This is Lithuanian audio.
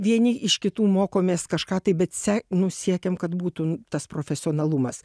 vieni iš kitų mokomės kažką tai bet se nu siekiam kad būtų m tas profesionalumas